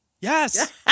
Yes